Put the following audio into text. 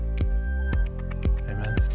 amen